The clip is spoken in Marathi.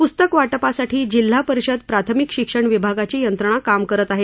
पुस्तक वाटपासाठी जिल्हा परिषद प्राथमिक शिक्षण विभागाची यंत्रणा काम करत आहे